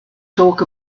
talk